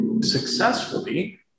successfully